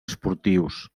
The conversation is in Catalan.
esportius